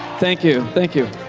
thank you, thank you.